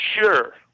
sure